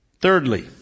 Thirdly